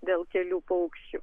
dėl kelių paukščių